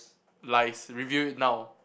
lies reveal it now